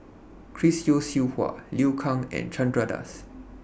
Chris Yeo Siew Hua Liu Kang and Chandra Das